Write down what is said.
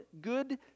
good